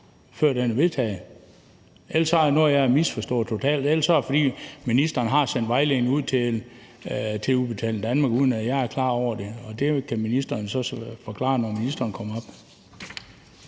forholde sig til – ellers er der noget, jeg har misforstået totalt. Eller også har ministeren sendt vejledningen ud til Udbetaling Danmark, uden at jeg er klar over det, og det kan ministeren jo så forklare, når ministeren kommer herop.